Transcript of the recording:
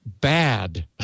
bad